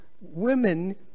women